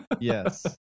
Yes